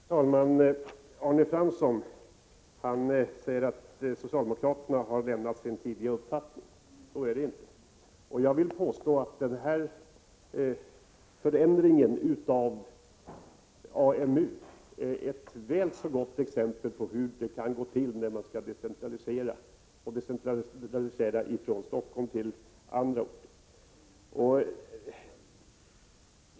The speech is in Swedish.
Herr talman! Arne Fransson säger att socialdemokraterna har lämnat sin tidigare uppfattning. Så är det inte. Jag vill påstå att denna förändring av AMU är ett väl så gott exempel på hur det kan gå till när man skall decentralisera från Stockholm till andra orter.